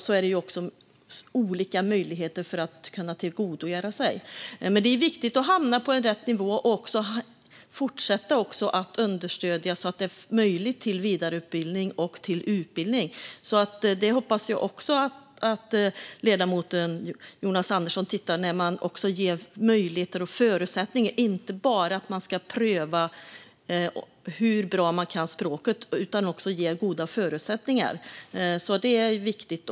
Då har de olika möjligheter att tillgodogöra sig kunskaper. Men det är viktigt att människor hamnar på rätt nivå och att man fortsätter att understödja så att det skapas möjligheter till utbildning och vidareutbildning. Det hoppas jag att ledamoten Jonas Andersson också tittar på, alltså att man också ger möjligheter och goda förutsättningar och att man inte bara ska pröva hur bra dessa människor kan språket. Det är viktigt.